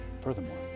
Furthermore